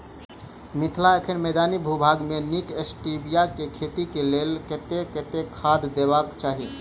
मिथिला एखन मैदानी भूभाग मे नीक स्टीबिया केँ खेती केँ लेल कतेक कतेक खाद देबाक चाहि?